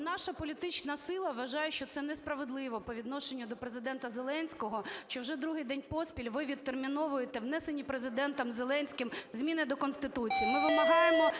наша політична сила вважає, що це несправедливо по відношенню до Президента Зеленського, що вже другий день поспіль ви відтерміновуєте внесені Президентом Зеленським зміни до Конституції.